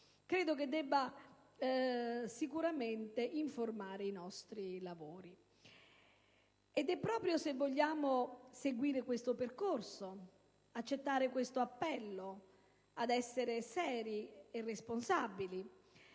credo debba sicuramente informare i nostri lavori. Ed è proprio perché vogliamo seguire questo percorso e accettare questo appello ad essere seri e responsabili